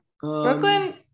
Brooklyn